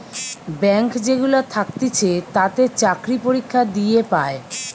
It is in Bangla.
ব্যাঙ্ক যেগুলা থাকতিছে তাতে চাকরি পরীক্ষা দিয়ে পায়